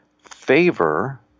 favor